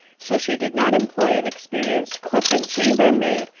so she did not employ an experienced cook and chambermaid,